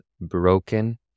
broken